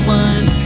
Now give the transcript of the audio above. one